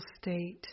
state